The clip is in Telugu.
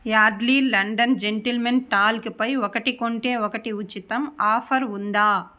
యార్డలీ లండన్ జెంటిల్మెన్ టాల్క్ పై ఒకటి కొంటే ఒకటి ఉచితం ఆఫర్ ఉందా